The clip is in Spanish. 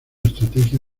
estrategia